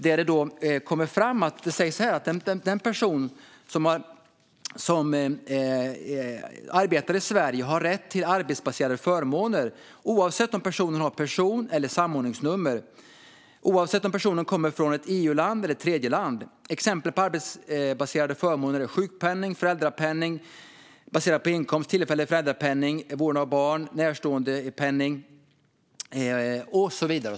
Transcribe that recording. Där sägs det att den person som arbetar i Sverige har rätt till arbetsbaserade förmåner oavsett om personen har person eller samordningsnummer och oavsett om personen kommer från ett EU-land eller ett tredjeland. Exempel på arbetsbaserade förmåner är sjukpenning, föräldrapenning baserad på inkomst, tillfällig föräldrapenning vid vård av barn och närståendepenning och så vidare.